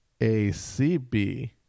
ACB